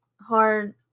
hard